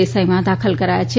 દેસાઈમાં દાખલ કરાયા છે